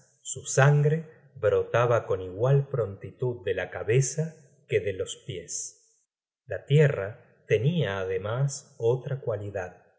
su sangre brotaba con igual prontitud de la cabeza que de los pies la tierra tenia ademas otra cualidad